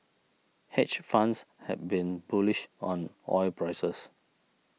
hedge funds have been bullish on oil prices